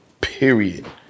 period